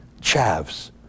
chavs